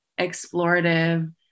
explorative